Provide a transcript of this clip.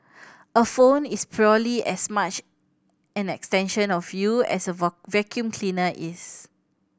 a phone is purely as much an extension of you as a vacuum cleaner is